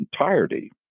entirety